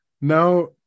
now